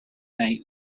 night